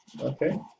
Okay